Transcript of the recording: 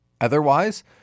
otherwise